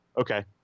Okay